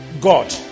God